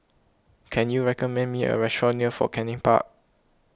can you recommend me a restaurant near Fort Canning Park